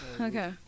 Okay